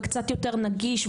וקצת יותר נגיש,